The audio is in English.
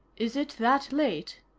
is it that late?